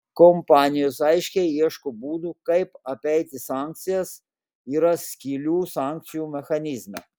kompanijos aiškiai ieško būdų kaip apeiti sankcijas yra skylių sankcijų mechanizme